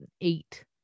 eight